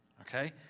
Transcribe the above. okay